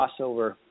crossover